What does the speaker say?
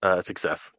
success